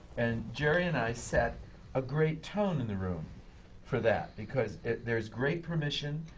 and jerry and i set a great tone in the room for that, because there's great permission.